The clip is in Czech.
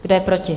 Kdo je proti?